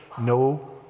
no